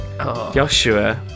Joshua